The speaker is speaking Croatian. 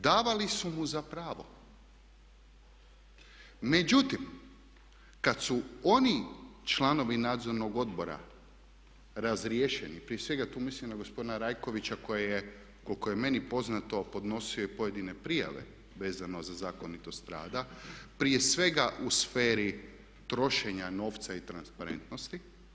Davali su mu za pravo, međutim kad su oni članovi Nadzornog odbora razriješeni, prije svega tu mislim na gospodina Rajkovića koji je koliko je meni poznato podnosio i pojedine prijave vezano za zakonitost rada prije svega u sferi trošenja novca i transparentnosti.